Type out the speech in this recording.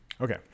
Okay